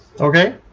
Okay